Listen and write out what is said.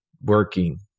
working